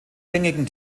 gängigsten